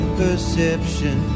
perception